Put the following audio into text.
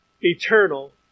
Eternal